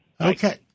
Okay